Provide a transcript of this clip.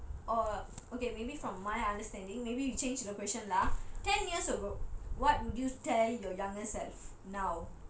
orh okay maybe from my understanding maybe you change the question lah ten years ago what would you tell your younger self now